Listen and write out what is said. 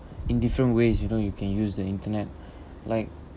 in different ways you know you can use the internet like